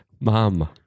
Mom